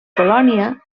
colònia